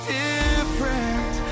different